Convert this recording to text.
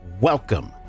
welcome